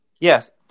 Yes